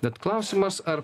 bet klausimas ar